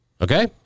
okay